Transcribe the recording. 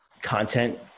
content